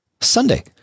Sunday